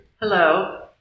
Hello